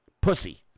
pussy